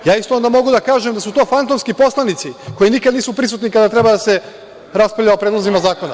Ja isto onda mogu da kažem da su to fantomski poslanici, koji nikad nisu prisutni kada treba da se raspravlja o predlozima zakona.